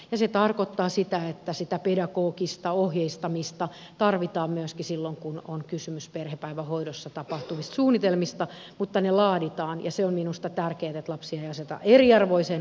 ja se tarkoittaa sitä että sitä pedagogista ohjeistamista tarvitaan myöskin silloin kun on kysymys perhepäivähoidossa tapahtuvista suunnitelmista mutta ne laaditaan ja se on minusta tärkeätä että lapsia ei aseteta eriarvoiseen asemaan